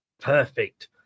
Perfect